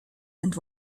and